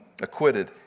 acquitted